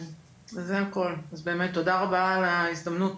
זה הכול, אז באמת תודה רבה על ההזדמנות.